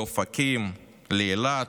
לאופקים, לאילת?